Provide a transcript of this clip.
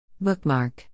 Bookmark